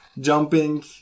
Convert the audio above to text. jumping